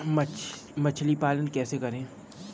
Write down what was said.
मछली पालन कैसे करें?